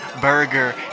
burger